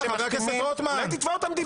שמכתימים --- לא ערוץ 7. אולי תתבע אותם דיבה.